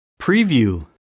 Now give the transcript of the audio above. Preview